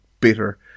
bitter